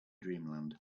dreamland